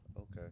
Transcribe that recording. Okay